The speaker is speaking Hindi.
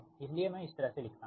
इसलिए मैं इस तरह से लिखता हूं